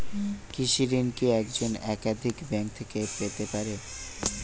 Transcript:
কৃষিঋণ কি একজন একাধিক ব্যাঙ্ক থেকে পেতে পারে?